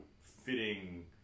fitting